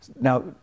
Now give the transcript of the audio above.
Now